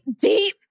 deep